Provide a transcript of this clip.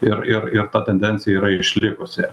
ir ir ir ta tendencija yra išlikusi